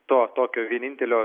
to tokio vienintelio